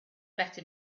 better